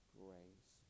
grace